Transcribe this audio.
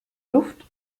luft